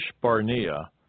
Barnea